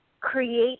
create